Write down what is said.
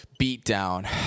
beatdown